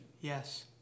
Yes